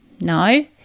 no